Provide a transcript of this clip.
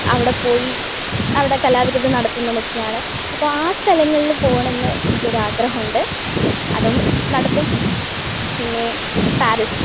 അവടെപ്പോയി അവിടെ കലാവിരുത് നടത്തുന്നതൊക്കെയാണ് അപ്പം ആ സ്ഥലങ്ങളിൽ പോണമെന്ന് എനിക്കൊരാഗ്രഹമുണ്ട് അതും നടത്തും പിന്നെ പാരിസ്